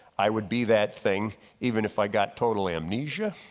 i would be that thing even if i got totally amnesia,